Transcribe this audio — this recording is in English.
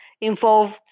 involved